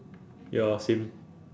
ya same